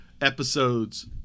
episodes